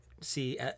see